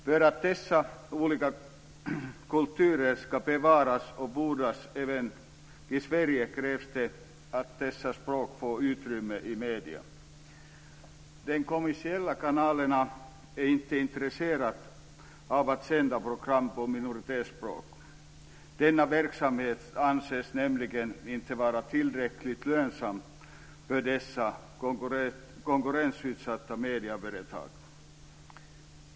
För att dessa olika kulturer ska bevaras och frodas även i Sverige krävs det att dessa språk får utrymme i medierna. De kommersiella kanalerna är inte intresserade av att sända program på minoritetsspråk. Denna verksamhet anses nämligen inte vara tillräckligt lönsam för dessa konkurrensutsatta medieföretag.